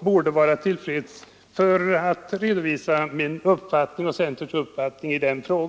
borde vara tillräckligt för att redovisa min och centerns principiella inställning i denna fråga.